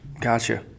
gotcha